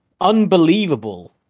unbelievable